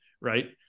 right